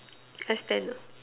S ten ah